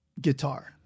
guitar